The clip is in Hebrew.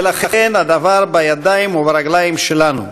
ולכן הדבר בידיים וברגליים שלנו.